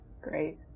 Great